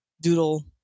doodle